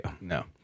No